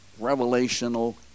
revelational